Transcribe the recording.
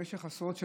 במשך עשרות שנים,